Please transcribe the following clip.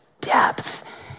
depth